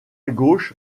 gauche